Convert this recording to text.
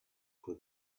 for